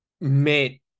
made